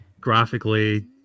graphically